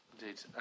Indeed